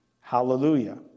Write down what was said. Hallelujah